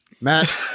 Matt